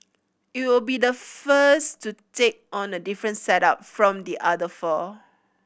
it will be the first to take on a different setup from the other four